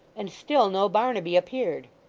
and still no barnaby appeared.